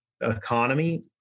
economy